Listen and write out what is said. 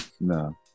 No